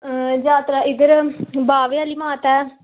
अ जात्तरा इद्धर बाह्वे आह्ली माता ऐ